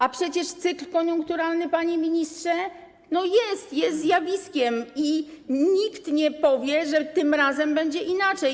A przecież cykl koniunkturalny, panie ministrze, jest zjawiskiem, i nikt nie powie, że tym razem będzie inaczej.